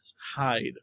hide